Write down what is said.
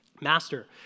Master